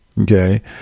okay